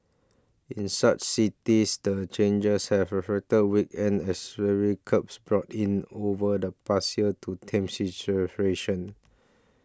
in such cities the changes have weakened as curbs brought in over the past year to tame